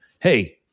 hey